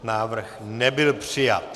Návrh nebyl přijat.